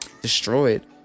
destroyed